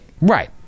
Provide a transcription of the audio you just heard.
Right